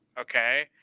okay